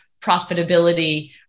profitability